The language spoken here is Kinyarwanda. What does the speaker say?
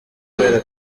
kubera